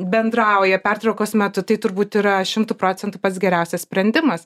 bendrauja pertraukos metu tai turbūt yra šimtu procentų pats geriausias sprendimas